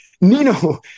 Nino